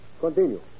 Continue